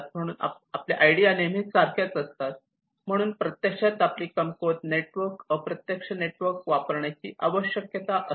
कारण आपण नेहमी सारख्याच असतात म्हणून आपल्याला प्रत्यक्षात आपली कमकुवत नेटवर्क अप्रत्यक्ष नेटवर्क वापरण्याची आवश्यकता असते